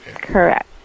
correct